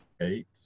eight